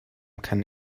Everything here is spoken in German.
kann